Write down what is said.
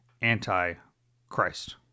anti-Christ